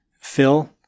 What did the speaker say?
Phil